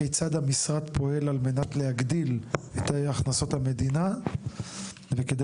כיצד המשרד פועל על מנת להגדיל את הכנסות המדינה וכדי